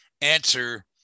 answer